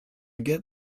get